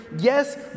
yes